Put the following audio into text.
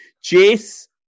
Chase